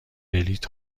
بلیط